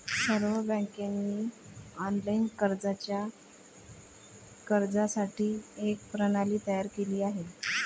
सर्व बँकांनी ऑनलाइन कर्जाच्या अर्जासाठी एक प्रणाली तयार केली आहे